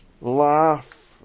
laugh